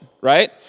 right